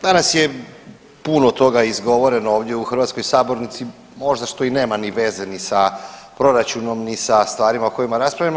Danas je puno toga izgovoreno ovdje u hrvatskoj sabornici, možda što i nema ni veze ni sa proračunom ni sa stvarima o kojima raspravljamo.